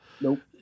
Nope